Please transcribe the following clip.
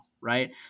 right